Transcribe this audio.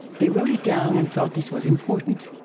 they wrote it down and thought this was important.